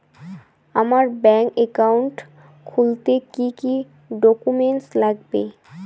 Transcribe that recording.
আমার bank account খুলতে কি কি ডকুমেন্ট লাগবে?